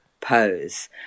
pose